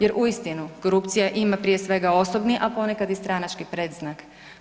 Jer uistinu korupcija ima prije svega osobni, a ponekad i stranački predznak.